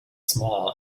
small